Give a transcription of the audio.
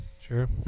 Sure